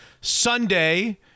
Sunday